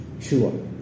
Sure